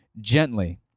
gently